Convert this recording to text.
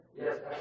Yes